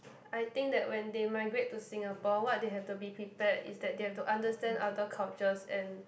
I think that when they migrate to Singapore what they have to be prepared is that they have to understand other cultures and